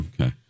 Okay